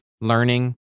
learning